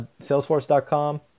Salesforce.com